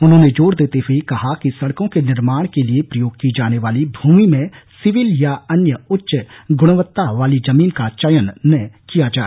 उन्होंने जोर देते हुए कहा कि सड़कों के निर्माण के लिए प्रयोग की जाने वाली भूमि में सिविल या अन्य उच्च गुणवत्ता वाली जमीन का चयन न किया जाए